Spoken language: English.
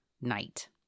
night